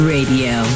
Radio